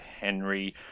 Henry